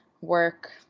work